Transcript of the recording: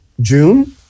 June